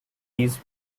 these